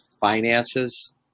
finances